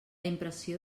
impressió